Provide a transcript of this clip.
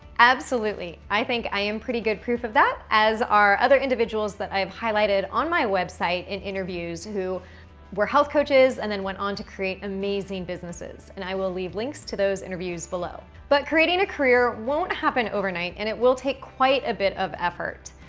absolutely. i think i am pretty good proof of that as are other individuals that i've highlighted on my website in interviews who were health coaches and then went on to create amazing businesses. and i will leave links to those interviews below. but creating a career won't happen overnight and it will take quite a bit of effort.